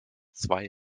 zwei